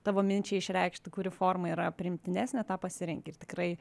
tavo minčiai išreikšti kuri forma yra priimtinesnė tą pasirenki ir tikrai